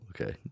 okay